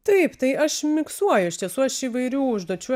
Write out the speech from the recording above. taip tai aš miksuoju iš tiesų aš įvairių užduočių